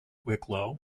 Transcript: wicklow